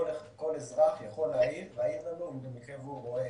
כל אזרח יכול להעיר לנו במקרה והוא רואה